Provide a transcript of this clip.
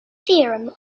theorem